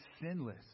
sinless